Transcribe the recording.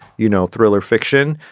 you know, thriller fiction.